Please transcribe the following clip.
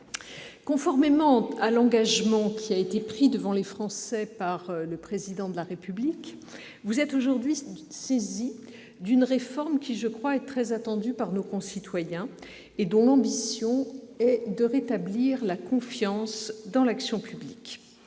conformément à l'engagement pris devant les Français par le Président de la République, vous êtes aujourd'hui saisis d'une réforme très attendue, je crois, par nos concitoyens, et dont l'ambition est de rétablir la confiance dans l'action publique.